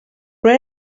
però